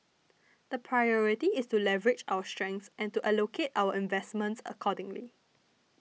the priority is to leverage our strengths and to allocate our investments accordingly